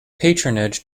patronage